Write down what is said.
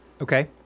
Okay